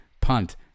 punt